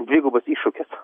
dvigubas iššūkis